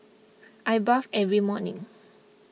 I bathe every morning